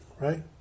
right